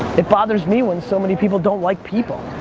it bothers me when so many people don't like people.